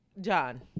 John